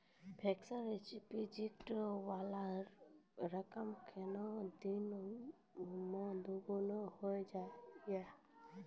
Fixed deposit वाला रकम केतना दिन मे दुगूना हो जाएत यो?